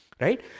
Right